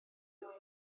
dwy